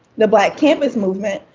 the black campus movement,